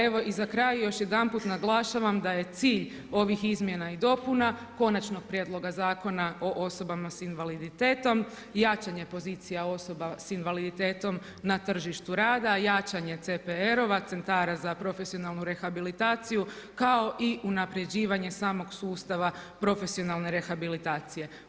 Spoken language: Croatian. Evo i za kraj, još jedanput naglašavam daje cilj ovih izmjena i dopuna Konačnog prijedloga Zakona o osobama s invaliditetom jačanja pozicija osoba sa invaliditetom na tržištu rada, jačanje CPR-a, centara za profesionalnu rehabilitaciju kao i unapređivanje samog sustava profesionalne rehabilitacije.